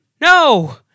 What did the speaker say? No